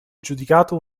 giudicato